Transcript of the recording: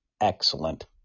excellent